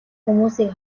хүмүүсийг